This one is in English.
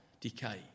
decay